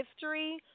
history